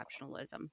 exceptionalism